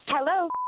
Hello